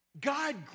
God